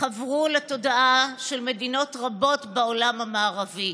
חדרו לתודעה של מדינות רבות בעולם במערבי,